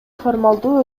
формалдуу